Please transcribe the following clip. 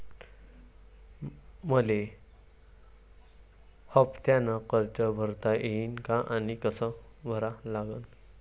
मले हफ्त्यानं कर्ज भरता येईन का आनी कस भरा लागन?